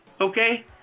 Okay